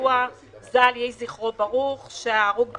יהושע ז"ל, יהי זכרו ברוך, ההרוג בלינץ'